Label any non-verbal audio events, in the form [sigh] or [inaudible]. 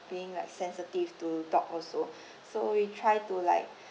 like being like sensitive to dogs also [breath] so we try to like [breath]